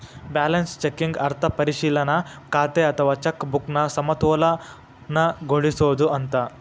balance checking ಅರ್ಥ ಪರಿಶೇಲನಾ ಖಾತೆ ಅಥವಾ ಚೆಕ್ ಬುಕ್ನ ಸಮತೋಲನಗೊಳಿಸೋದು ಅಂತ